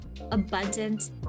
abundant